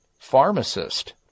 pharmacist